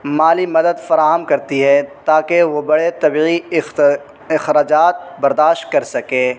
مالی مدد فراہم کرتی ہے تاکہ وہ بڑے طبعی اخراجات برداشت کر سکیں